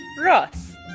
Ross